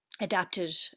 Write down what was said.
adapted